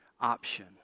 option